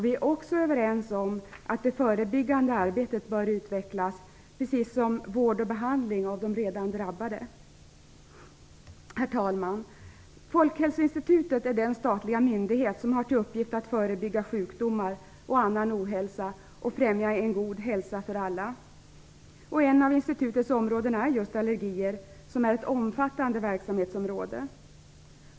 Vi är också överens om att det förebyggande arbetet bör utvecklas, precis som vård och behandling av de redan drabbade. Herr talman! Folkhälsoinstitutet är den statliga myndighet som har till uppgift att förebygga sjukdomar och annan ohälsa och främja en god hälsa för alla. Ett av institutets områden är just allergier, som är ett omfattande verksamhetsområde.